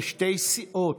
לשתי סיעות.